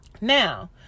Now